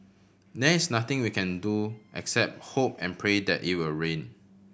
there's nothing we can do except hope and pray that it will rain